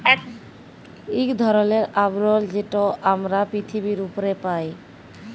ইক ধরলের আবরল যেট আমরা পিথিবীর উপ্রে পাই